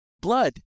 blood